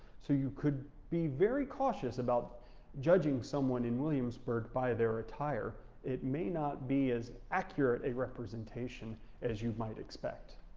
so you could be very cautious about judging someone in williamsburg by their attire, it may not be as accurate a representation as you might expect.